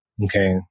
Okay